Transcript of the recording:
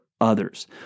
others